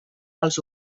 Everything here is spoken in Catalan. als